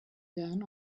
gun